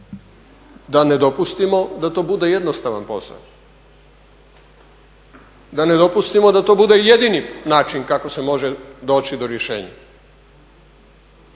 da ne dopustimo da to bude jednostavan posao, da ne dopustim da to bude i jedini način kako se može doći do rješenja.